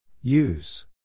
Use